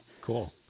Cool